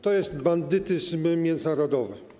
To jest bandytyzm międzynarodowy.